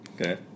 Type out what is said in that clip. okay